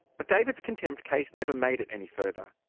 but david's contempt case never made it any further.